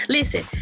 Listen